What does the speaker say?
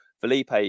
Felipe